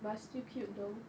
but still cute though